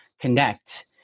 connect